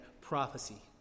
prophecy